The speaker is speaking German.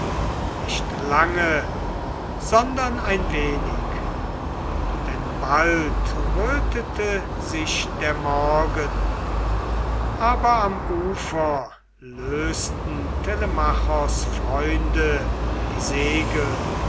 nicht lange sondern ein wenig denn bald rötete sich der morgen aber am ufer lösten telemachos freunde die segel